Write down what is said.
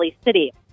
City